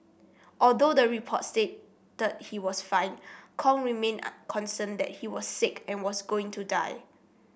although the report stated he was fine Kong remained concerned that he was sick and was going to die